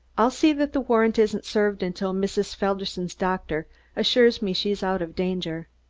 i'll see that the warrant isn't served until mrs. felderson's doctor assures me she is out of danger.